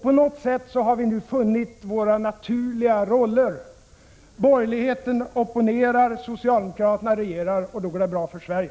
På något sätt har vi nu funnit våra naturliga roller — borgerligheten opponerar, socialdemokraterna regerar, och då går det bra för Sverige.